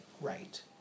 right